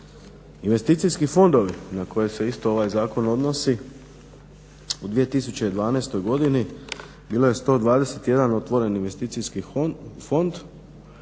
Investicijski fondovi na koje se isto ovaj zakon odnosi u 2012. godini bilo je 121 otvoren investicijski fond.